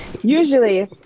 Usually